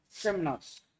criminals